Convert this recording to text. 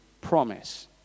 promise